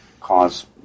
cause